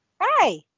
Hi